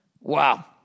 Wow